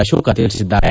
ಅಶೋಕ ತಿಳಿಸಿದ್ದಾರೆ